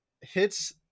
hits